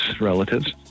relatives